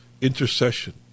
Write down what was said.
intercession